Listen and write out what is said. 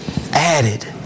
added